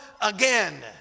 again